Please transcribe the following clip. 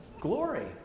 Glory